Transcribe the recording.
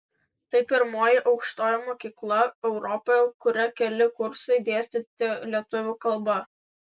tai pirmoji aukštoji mokykla europoje kurioje keli kursai dėstyti lietuvių kalba